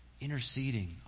interceding